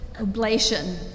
oblation